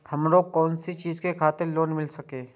हमरो कोन चीज के खातिर लोन मिल संकेत?